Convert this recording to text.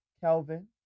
Kelvin